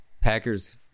Packers